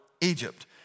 Egypt